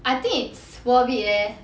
I think it's worth it leh